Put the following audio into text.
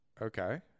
Okay